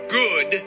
good